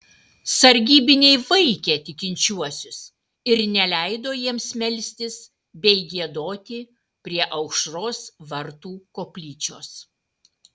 sargybiniai vaikė tikinčiuosius ir neleido jiems melstis bei giedoti prie aušros vartų koplyčios